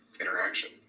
interaction